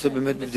הנושא בבדיקה.